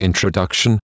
Introduction